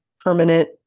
permanent